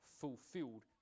fulfilled